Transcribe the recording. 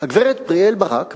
הגברת פריאל-ברק,